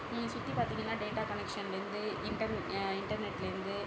நீங்கள் சுற்றி பார்த்தீங்கன்னா டேட்டா கனெக்ஷன்லேருந்து இண்டர்நெட் இண்டர்நெட்லேருந்து